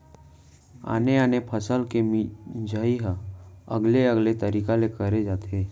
आने आने फसल के मिंजई ह अलगे अलगे तरिका ले करे जाथे